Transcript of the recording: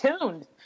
tuned